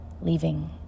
leaving